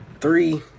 Three